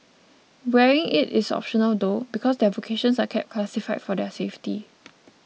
wearing it is optional though because their vocations are kept classified for their safety